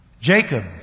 Jacob